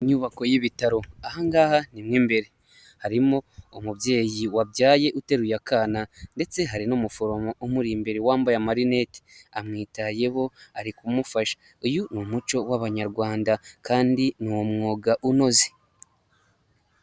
Inyubako y'ibitaro, aha ngaha ni mo imbere, harimo umubyeyi wabyaye uteruye akana ndetse hari n'umuforomo umuri imbere wambaye amarinete, amwitayeho ari kumufasha. Uyu ni umuco w'abanyarwanda kandi ni umwuga unoze.